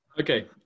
Okay